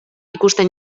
ikusten